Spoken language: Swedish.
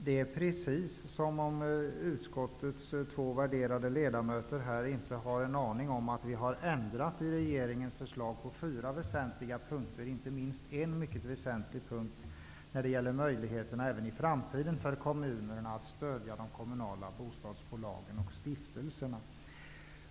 Det är som om utskottets två värderade ledamöter inte har en aning om att vi har ändrat i regeringens förslag på fyra väsentliga punkter, inte minst på den mycket väsentliga punkt som gäller kommunernas möjligheter att även i framtiden stödja de kommunala bostadsbolagen och bostadsstiftelserna.